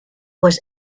was